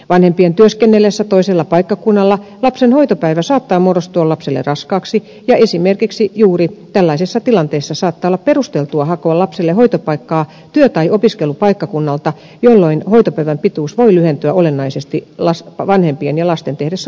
vanhempien työskennellessä toisella paikkakunnalla lapsen hoitopäivä saattaa muodostua lapselle raskaaksi ja esimerkiksi juuri tällaisessa tilanteessa saattaa olla perusteltua hakea lapselle hoitopaikkaa työ tai opiskelupaikkakunnalta jolloin hoitopäivän pituus voi lyhentyä olennaisesti vanhempien ja lasten tehdessä kotimatka yhdessä